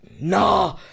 Nah